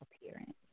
appearance